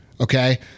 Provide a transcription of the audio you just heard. Okay